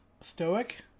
Stoic